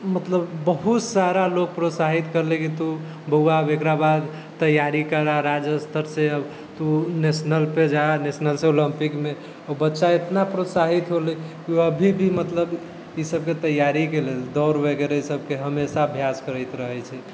मतलब बहुत सारा लोक प्रोत्साहित करिले कि तू बौआ आब एकरा बाद तैयारी करऽ राज्य स्तरसँ अब तू नेशनलपर जा नेशनलसँ ओलम्पिकमे ओ बच्चा एतना प्रोत्साहित होलै कि ओ अभी भी मतलब ईसबके तैआरीके लेल दौड़ वगैरह ईसबके हमेशा अभ्यास करैत रहै छै